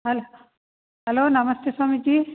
ಹಲ್ hello ನಮಸ್ತೆ ಸ್ವಾಮೀಜಿ